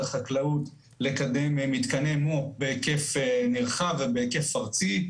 החקלאות לקדם מתקני --- בהיקף נרחב ובהיקף ארצי.